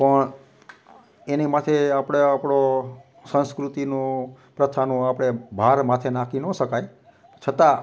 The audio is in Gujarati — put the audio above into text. પણ એની માથે આપણે આપણો સંસ્કૃતિનો પ્રથાનો ભાર આપણે માથે નાખી ન શકાય છતાં